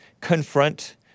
confront